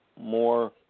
more